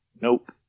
Nope